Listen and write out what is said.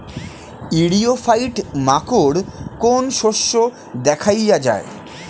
ইরিও ফাইট মাকোর কোন শস্য দেখাইয়া যায়?